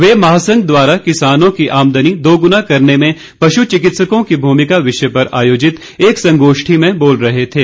वे महासंघ द्वारा किसानों की आमदनी दोगुना करने में पशु चिकित्सकों की भूमिका विषय पर आयोजित एक संगोष्ठि में बोल रहे थे